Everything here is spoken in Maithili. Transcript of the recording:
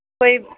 कोइ